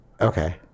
okay